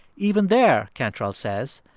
even there, cantrell says,